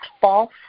false